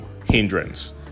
hindrance